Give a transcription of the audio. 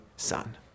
Son